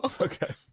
Okay